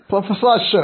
professor Ashwin